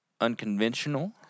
Unconventional